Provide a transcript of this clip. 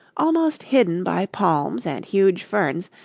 almost hidden by palms and huge ferns,